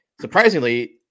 surprisingly